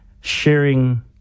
sharing